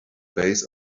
base